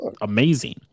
amazing